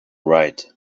right